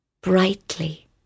brightly